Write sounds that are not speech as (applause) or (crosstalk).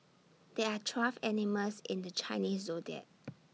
there are twelve animals in the Chinese Zodiac (noise)